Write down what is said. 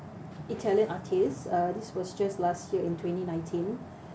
italian artist uh this was just last year in twenty nineteen